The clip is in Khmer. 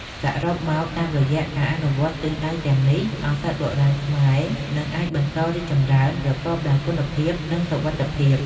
សរុបមក តាមរយៈការអនុវត្តទិសដៅទាំងនេះ ឱសថបុរាណខ្មែរនឹងអាចបន្តរីកចម្រើន ប្រកបដោយគុណភាព និងសុវត្ថិភាព។